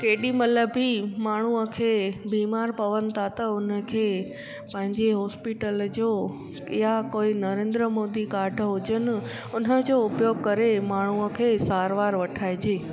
केॾी मल्हि बि माण्हूअ खे बीमार पवनि था त उन्हनि खे पंहिंजी हॉस्पिटल जो या कोई नरेंद्र मोदी काड हुजनि हुन जो उपयोग करे माण्हूअ खे सार वार वठाइजे